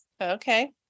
Okay